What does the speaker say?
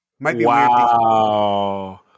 Wow